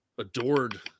adored